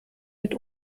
mit